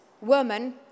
woman